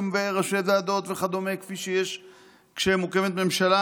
וראשי ועדות וכדומה כפי שיש כשמוקמת ממשלה